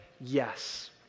yes